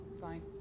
Fine